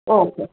okay